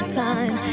time